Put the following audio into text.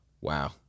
Wow